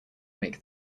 make